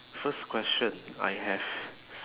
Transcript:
first question I have